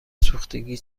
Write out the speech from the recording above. سوختگی